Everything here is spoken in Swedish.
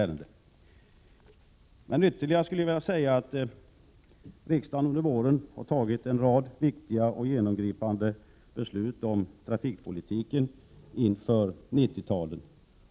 Jag vill ytterligare tillägga att riksdagen under våren fattat en rad viktiga och genomgripande beslut om trafikpolitiken inför 90-talet.